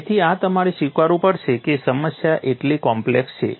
તેથી આ તમારે સ્વીકારવું પડશે કે સમસ્યા એટલી કોમ્પ્લેક્સ છે